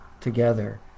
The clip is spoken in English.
together